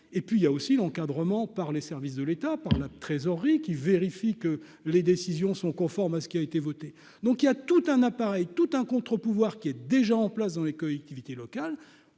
et puis il y a aussi l'encadrement par les services de l'État par la trésorerie qui vérifie que les décisions sont conformes à ce qui a été votée, donc il y a tout un appareil tout un contre-pouvoir qui est déjà en place dans les collectivités locales,